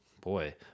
Boy